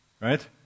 right